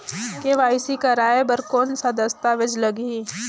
KYC कराय बर कौन का दस्तावेज लगही?